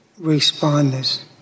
responders